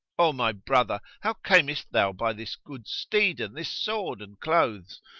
o my brother, how camest thou by this good steed and this sword and clothes,